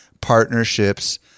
partnerships